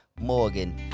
Morgan